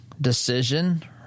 decision –